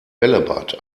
bällebad